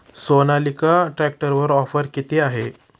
सोनालिका ट्रॅक्टरवर ऑफर किती आहे?